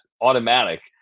automatic